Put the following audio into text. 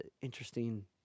interesting